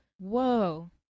Whoa